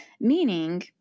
meaning